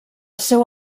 seu